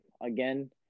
again